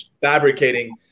fabricating